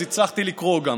אז הצלחתי לקרוא גם.